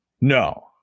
No